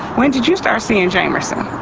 when did you start seeing jamerson?